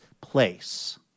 place